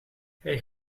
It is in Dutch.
hij